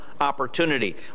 opportunity